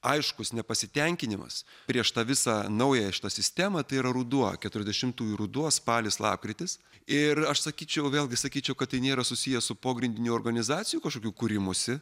aiškus nepasitenkinimas prieš tą visą naują šitą sistemą tai yra ruduo keturiasdešimtųjų ruduo spalis lapkritis ir aš sakyčiau vėlgi sakyčiau kad tai nėra susiję su pogrindinių organizacijų kažkokių kūrimusi